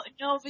no